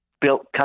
Built